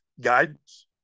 guidance